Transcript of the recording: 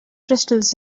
crystals